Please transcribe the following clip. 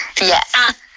Yes